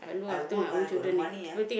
I work ah I got the money ah